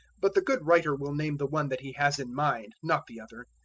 but the good writer will name the one that he has in mind, not the other.